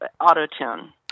auto-tune